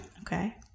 Okay